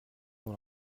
pour